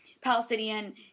Palestinian